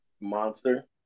monster